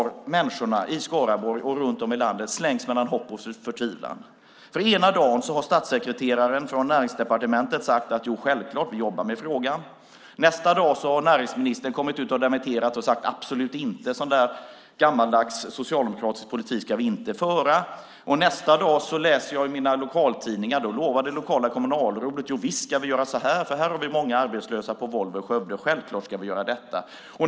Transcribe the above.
Människorna i Skaraborg och runt om i landet har slängts mellan hopp och förtvivlan. Ena dagen har statssekreteraren från Näringsdepartementet sagt: Jo, självklart, vi jobbar med frågan. Nästa dag har näringsministern kommit ut och dementerat och sagt: Absolut inte. Sådan där gammaldags socialdemokratisk politik ska vi inte föra. Nästa dag läser jag mina lokaltidningar. Där lovar det lokala kommunalrådet detta: Jo, visst ska vi göra så här, för här har vi många arbetslösa på Volvo i Skövde. Självklart ska vi göra detta.